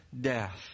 death